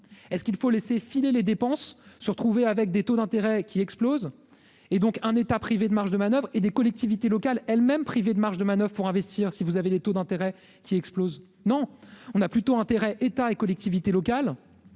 et ce qu'il faut laisser filer les dépenses se retrouver avec des taux d'intérêt qui explose et donc un État privé de marge de manoeuvre et des collectivités locales, elles-mêmes, privé de marge de manoeuvre pour investir, si vous avez des taux d'intérêt qui explose, non, on a plutôt intérêt, État et collectivités locales